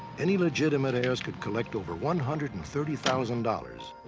any legitimate heirs could collect over one hundred and thirty thousand dollars,